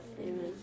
Amen